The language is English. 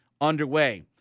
underway